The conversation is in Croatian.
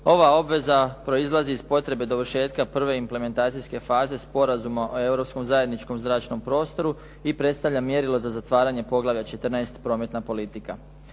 Ova obveza proizlazi iz potrebe dovršetka prve implementacijske faze Sporazuma o europskom zajedničkom zračnom prostoru i predstavlja mjerila za zatvaranje poglavlja 14 – Prometna politika.